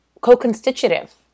co-constitutive